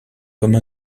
comme